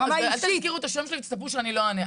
ברמה האישית -- אל תזכירו את השם שלי ותצפו שאני לא אענה.